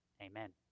Amen